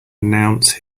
announce